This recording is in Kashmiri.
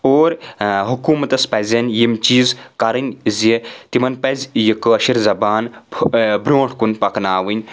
اور حکوٗمتَس پَزن یِم چیٖز کرٕنۍ زِ تِمَن پَزِ یہِ کٲشِر زبان برونٛٹھ کُن پَکناوٕنۍ